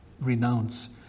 renounce